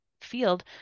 field